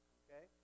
okay